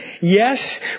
Yes